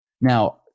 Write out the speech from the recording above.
Now